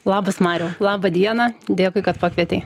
labas mariau laba diena dėkui kad pakvietei